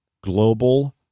global